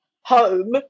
home